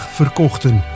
verkochten